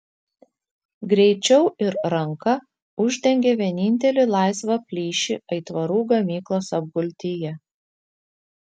greičiau ir ranka uždengė vienintelį laisvą plyšį aitvarų gamyklos apgultyje